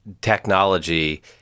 technology